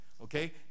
okay